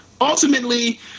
ultimately